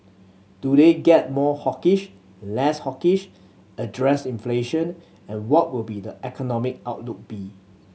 do they get more hawkish less hawkish address inflation and what will the economic outlook be